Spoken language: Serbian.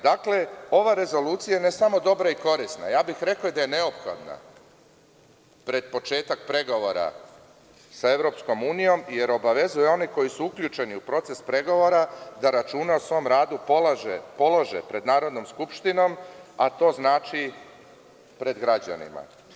Dakle, ova rezolucija je ne samo dobra i korisna, ja bih rekao da je neophodna pred početak pregovora sa EU, jer obavezuje one koji su uključeni u proces pregovora da račune o svom radu polažu pred Narodnom skupštinom, a to znači pred građanima.